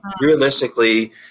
realistically